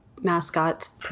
mascots